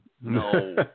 No